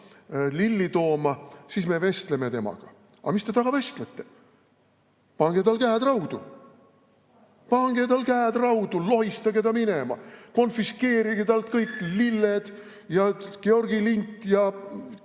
lilli tooma, siis me vestleme temaga. Aga mis te temaga vestlete? Pange tal käed raudu. Pange tal käed raudu! Lohistage ta minema, konfiskeerige talt kõik lilled ja Georgi lint ja